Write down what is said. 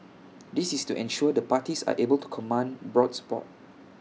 this is to ensure the parties are able to command broad support